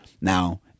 now